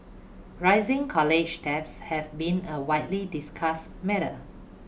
rising college debt has been a widely discussed matter